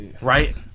right